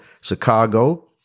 Chicago